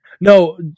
No